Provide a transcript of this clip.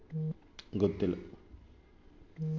ರಾಗಿ ರಾಶಿ ಮಾಡಲು ಬಳಸುವ ಉಪಕರಣ ಯಾವುದು?